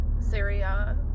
Syria